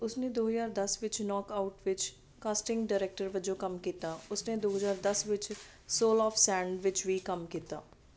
ਉਸ ਨੇ ਦੋ ਹਜ਼ਾਰ ਦਸ ਵਿੱਚ ਨੌਕ ਆਊਟ ਵਿੱਚ ਕਾਸਟਿੰਗ ਡਾਇਰੈਕਟਰ ਵਜੋਂ ਕੰਮ ਕੀਤਾ ਉਸ ਨੇ ਦੋ ਹਜ਼ਾਰ ਦਸ ਵਿੱਚ ਸੋਲ ਆਫ਼ ਸੈਂਡ ਵਿੱਚ ਵੀ ਕੰਮ ਕੀਤਾ